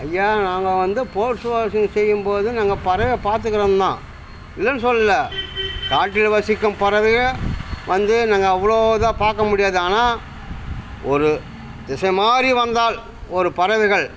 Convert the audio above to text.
ஐயா நாங்கள் வந்து போர்ட்ஸ் வாட்சிங் செய்யும் போது நாங்கள் பறவையை பார்த்துக்குறோம் தான் இல்லன்னு சொல்லலை காட்டில் வசிக்கும் பறவையை வந்து நாங்கள் அவ்வளோ இதாக பார்க்க முடியாது ஆனால் ஒரு திசை மாறி வந்தால் ஒரு பறவைகள்